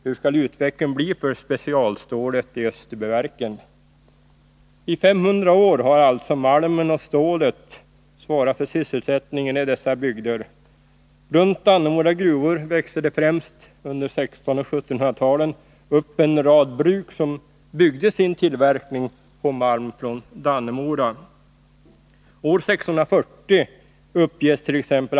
Hur skall utvecklingen bli för specialstålet i Österbyverken? I 500 år har alltså malmen och stålet svarat för sysselsättningen i dessa bygder. Runt Dannemora gruvor växte det främst under 1600 och 1700-talet upp en rad bruk som byggde sin tillverkning på malm från Dannemora. År 1640 uppgest.ex.